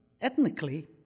ethnically